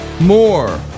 More